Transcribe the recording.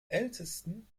ältesten